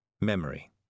memory